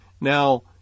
Now